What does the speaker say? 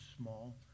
small